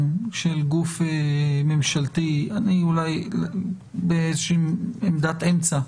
של גוף ממשלתי - אני אולי באיזושהי עמדת אמצע,